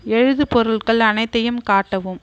எழுதுப்பொருட்கள் அனைத்தையும் காட்டவும்